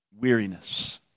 weariness